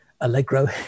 allegro